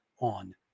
on